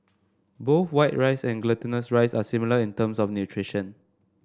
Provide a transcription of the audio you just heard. both white rice and glutinous rice are similar in terms of nutrition